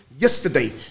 Yesterday